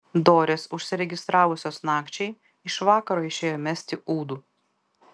dorės užsiregistravusios nakčiai iš vakaro išėjo mesti ūdų